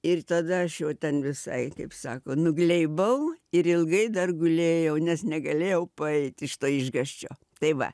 ir tada aš jau ten visai kaip sako nugleibau ir ilgai dar gulėjau nes negalėjau paeit iš išgąsčio tai va